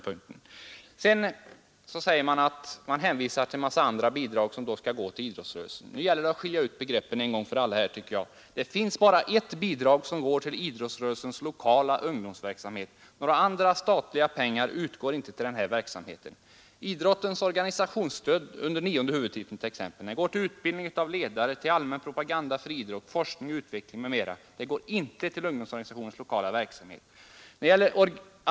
Vidare hänvisar man till att det finns en rad andra bidrag som skall gå till idrottsrörelsen. Men nu gäller det att skilja på begreppen. Det finns bara ett bidrag som går till idrottsrörelsens lokala ungdomsverksamhet. Några andra statliga pengar utgår inte till denna verksamhet. Idrottens organisationsstöd under nionde huvudtiteln går t.ex. till utbildning av ledare, till allmän propaganda för idrott, till forskning och utveckling m.m. men inte till ungdomsorganisationernas lokala verksamhet.